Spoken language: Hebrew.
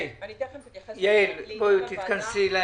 יעל, תתכנסי לסיכום.